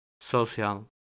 social